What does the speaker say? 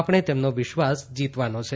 આપણે તેમનો વિશ્વાસ જીતવાનો છે